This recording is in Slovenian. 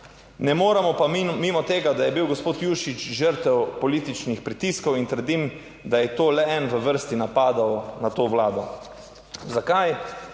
Ne moremo pa mimo tega, da je bil gospod Jušić žrtev političnih pritiskov in trdim, da je to le en v vrsti napadov na to vlado. Zakaj?